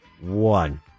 one